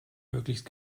möglichst